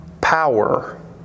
power